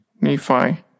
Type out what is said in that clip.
Nephi